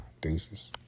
Deuces